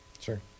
Sure